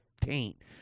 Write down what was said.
taint